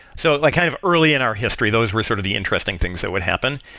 so like kind of early in our history, those were sort of the interesting things that would happen.